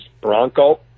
Bronco